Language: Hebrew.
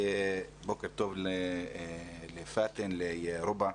בוקר טוב לפאתן לרובא.